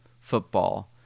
football